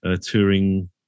touring